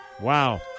Wow